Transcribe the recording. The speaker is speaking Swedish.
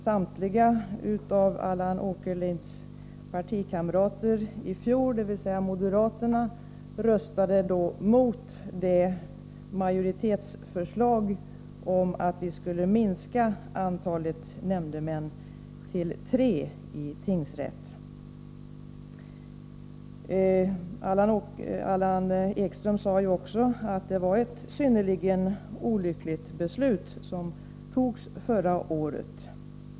samtliga av Allan Ekströms partikamrater i fjol - moderaterna röstade då mot majoritetsförslaget om att vi skulle minska antalet nämndemän till tre i tingsrätt. Allan Ekström sade ju också att det var ett synnerligen olyckligt beslut som togs förra året.